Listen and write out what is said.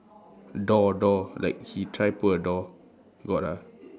door door like he try put a door got ah